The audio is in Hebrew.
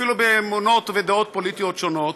אפילו מאמונות ודעות פוליטיות שונות,